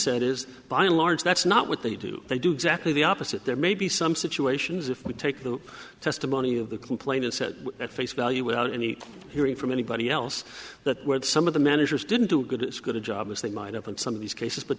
said is by and large that's not what they do they do exactly the opposite there may be some situations if we take the testimony of the complainant said at face value without any hearing from anybody else that word some of the managers didn't do a good as good a job as they might have and some of these cases but